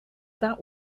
that